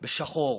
בשחור.